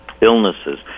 illnesses